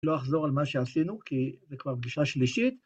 לא אחזור על מה שעשינו, כי זה כבר פגישה שלישית.